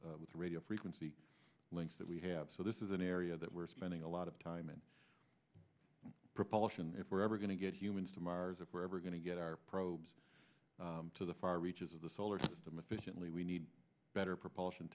f with radio frequency links that we have so this is an area that we're spending a lot of time and propulsion if we're ever going to get humans to mars if we're ever going to get our probes to the far reaches of the solar system efficiently we need better propulsion